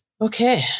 Okay